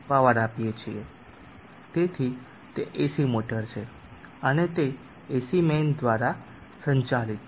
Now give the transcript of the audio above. તેથી તે AC motor છે અને તે એસી મેઇન દ્વારા સંચાલિત છે